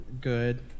good